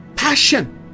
Passion